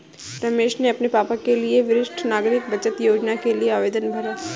रमेश ने अपने पापा के लिए वरिष्ठ नागरिक बचत योजना के लिए आवेदन भरा